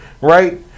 right